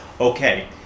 okay